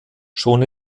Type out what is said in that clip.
schon